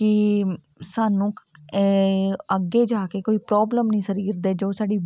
ਕਿ ਸਾਨੂੰ ਅੱਗੇ ਜਾ ਕੇ ਕੋਈ ਪ੍ਰੋਬਲਮ ਨਹੀਂ ਸਰੀਰ ਦੇ ਜੋ ਸਾਡੀ